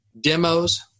demos